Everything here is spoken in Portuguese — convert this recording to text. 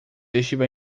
estiver